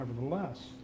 nevertheless